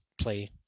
play